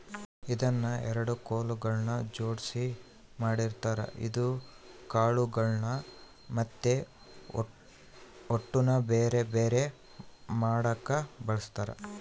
ಇದನ್ನ ಎರಡು ಕೊಲುಗಳ್ನ ಜೊಡ್ಸಿ ಮಾಡಿರ್ತಾರ ಇದು ಕಾಳುಗಳ್ನ ಮತ್ತೆ ಹೊಟ್ಟುನ ಬೆರೆ ಬೆರೆ ಮಾಡಕ ಬಳಸ್ತಾರ